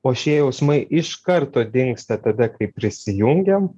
o šie jausmai iš karto dingsta tada kai prisijungiam